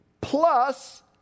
plus